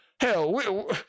Hell